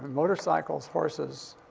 motorcycles, horses,